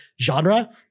genre